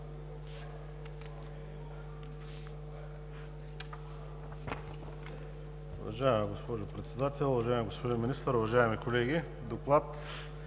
Уважаема госпожо Председател, уважаеми господин Министър, уважаеми колеги! Аз